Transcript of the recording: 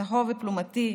צהוב ופלומתי,